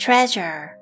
Treasure